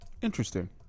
Interesting